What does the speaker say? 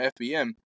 FBM